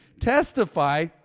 testify